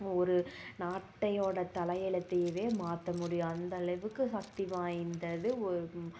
ஒரு நாட்டோட தலைஎழுத்தையவே மாற்ற முடியும் அந்த அளவுக்கு சக்தி வாய்ந்தது